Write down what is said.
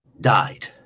died